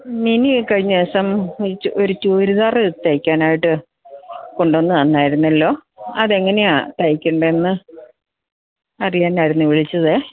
mini ഈ കഴിഞ്ഞ ദിവസം ഒരു ഒരു ചുരുദാറ് തയ്ക്കാനായിട്ട് കൊണ്ടുവന്ന് തന്നായിരുന്നല്ലോ അതെങ്ങനെയാണ് തയ്ക്കേണ്ടതെന്ന് അറിയാനായിരുന്നു വിളിച്ചത്